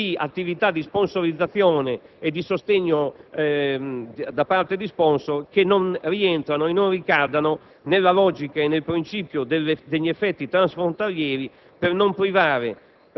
di attività di promozione e di sostegno da parte di *sponsor* che non rientrino e non ricadano nella logica e nel principio degli effetti transfrontalieri. Questo per